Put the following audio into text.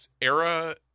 era